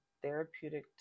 therapeutic